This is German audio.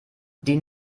die